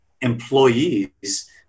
employees